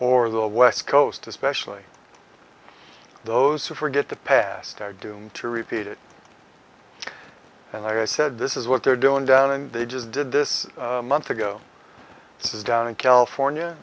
or the west coast especially those who forget the past are doomed to repeat it and i said this is what they're doing down and they just did this months ago this is down in california